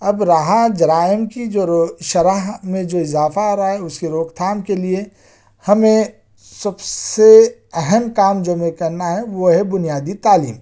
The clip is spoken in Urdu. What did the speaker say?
اب رہا جرائم کی جو رو شرح میں جو اضافہ آ رہا ہے اس کی روک تھام کے لئے ہمیں سب سے اہم کام جو ہمیں کرنا ہے وہ ہے بنیادی تعلیم